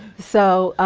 so,